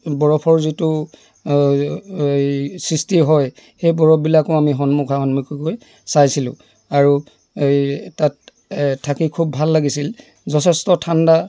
বৰফৰ যিটো সৃষ্টি হয় সেই বৰফবিলাকো আমি সন্মুখা সন্মুখিকৈ চাইছিলোঁ আৰু তাত থাকি খুব ভাল লাগিছিল যথেষ্ট ঠাণ্ডা